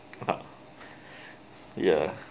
uh !huh! ya